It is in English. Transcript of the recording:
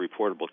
reportable